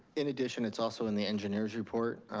in addition, it's also in the engineer's report,